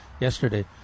yesterday